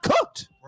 cooked